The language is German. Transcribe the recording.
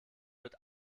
wird